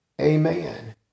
Amen